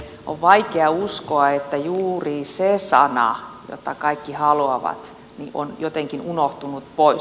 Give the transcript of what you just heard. on vaikea uskoa että juuri se sana jota kaikki haluavat on jotenkin unohtunut pois